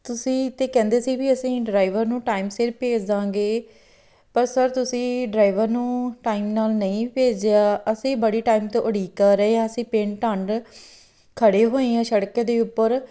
ਤੁਸੀਂ ਤਾਂ ਕਹਿੰਦੇ ਸੀ ਵੀ ਅਸੀਂ ਡਰਾਈਵਰ ਨੂੰ ਟਾਈਮ ਸਿਰ ਭੇਜ ਦਾਂਗੇ ਪਰ ਸਰ ਤੁਸੀਂ ਡਰਾਈਵਰ ਨੂੰ ਟਾਈਮ ਨਾਲ ਨਹੀਂ ਭੇਜਿਆ ਅਸੀਂ ਬੜੀ ਟਾਈਮ ਤੋਂ ਉਡੀਕ ਕਰ ਰਹੇ ਹਾਂ ਅਸੀਂ ਪਿੰਡ ਢੰਡ ਖੜੇ ਹੋਏ ਹਾਂ ਸੜਕ ਦੇ ਉੱਪਰ